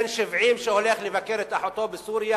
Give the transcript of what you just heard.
בן 70 שהולך לבקר את אחותו בסוריה,